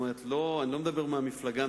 אני לא מדבר על המפלגה,